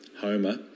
Homer